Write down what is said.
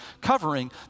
covering